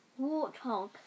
Warthog